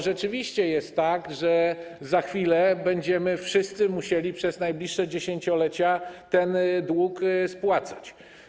Rzeczywiście jest tak, że za chwilę będziemy wszyscy musieli przez najbliższe dziesięciolecia ten dług spłacać.